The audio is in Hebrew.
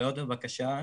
בעיות בבקשה.